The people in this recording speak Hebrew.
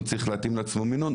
והוא צריך להתאים לעצמו מינון.